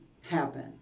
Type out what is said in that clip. happen